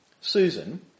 Susan